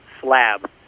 Slab